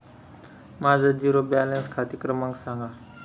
माझा zero balance खाते क्रमांक सांगा